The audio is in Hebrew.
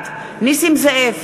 בעד נסים זאב,